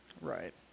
Right